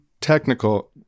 technical